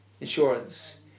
insurance